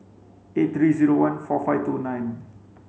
eight three zero one four five two nine